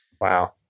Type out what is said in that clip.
Wow